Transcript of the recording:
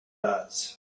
dots